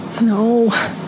No